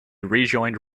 rejoined